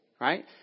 Right